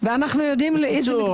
ואנחנו יודעים לאיזה מגזר הם שייכים.